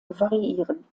variieren